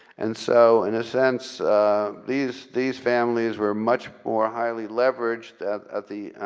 and so in a sense these these families were much more highly leveraged at the